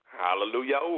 Hallelujah